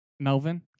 Melvin